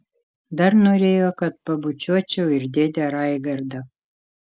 dar norėjo kad pabučiuočiau ir dėdę raigardą